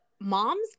moms